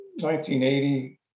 1980